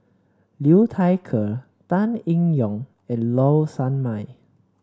Liu Thai Ker Tan Eng Yoon and Low Sanmay